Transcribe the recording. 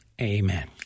Amen